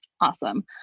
awesome